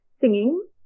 Singing